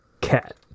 cat